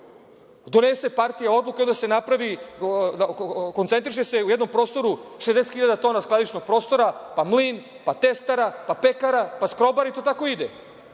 donese partija odluku i onda se napravi, koncentriše se u jednom prostoru 60.000 tona skladišnog prostora, pa mlin, pa testera, pa pekara, pa skrobar i to tako ide.